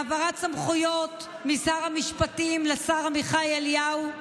העברת סמכויות משר המשפטים לשר עמיחי אליהו,